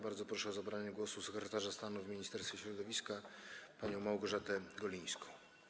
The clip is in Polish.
Bardzo proszę o zabranie głosu sekretarza stanu w Ministerstwie Środowiska panią Małgorzatę Golińską.